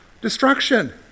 Destruction